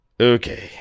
Okay